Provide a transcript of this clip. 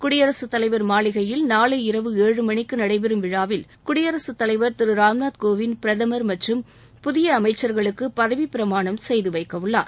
குடியரசுத்தலைவா் மாளிகையில் நாளை இரவு ஏழு மணிக்கு நடைபெறும் விழாவில் குடியரசுத் தலைவா் திரு ராம்நாத் கோவிந்த் பிரதமா் மற்றும் புதிய அமைச்சா்களுக்கு பதவி பிரமாணம் செய்து வைக்க உள்ளார்